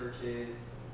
churches